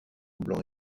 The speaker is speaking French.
blanc